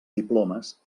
diplomes